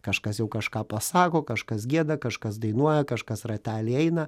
kažkas jau kažką pasako kažkas gieda kažkas dainuoja kažkas ratelį eina